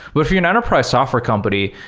but if you're an enterprise software company,